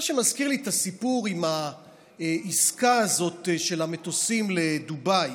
מה שמזכיר לי את הסיפור עם העסקה הזאת של המטוסים לדובאי.